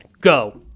go